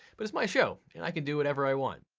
but it's my show and i can do whatever i want.